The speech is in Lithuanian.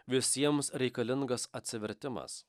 visiems reikalingas atsivertimas